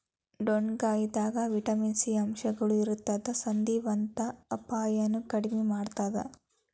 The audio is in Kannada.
ಡೊಣ್ಣಗಾಯಿದಾಗ ವಿಟಮಿನ್ ಸಿ ಅಂಶಗಳು ಇರತ್ತದ ಸಂಧಿವಾತದಂತ ಅಪಾಯನು ಕಡಿಮಿ ಮಾಡತ್ತದ